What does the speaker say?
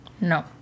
No